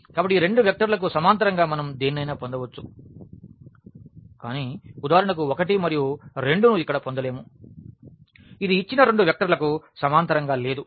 కాబట్టి ఈ రెండు వెక్టర్లకు సమాంతరంగా మనం దేనినైనా పొందవచ్చు కాని ఉదాహరణకు 1 మరియు 2 ను ఇక్కడ పొందలేము ఇది ఇచ్చిన రెండు వెక్టర్లకు సమాంతరంగా లేదు